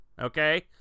okay